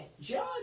John